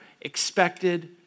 expected